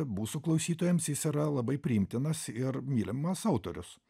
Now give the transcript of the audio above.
mūsų klausytojams jis yra labai priimtinas ir mylimas autorius